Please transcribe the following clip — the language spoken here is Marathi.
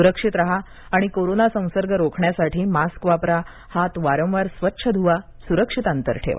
सुरक्षित राहा आणि कोरोना संसर्ग रोखण्यासाठी मास्क वापरा हात वारवार स्वच्छ धुवा सुरक्षित अंतर ठेवा